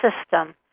system